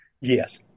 Yes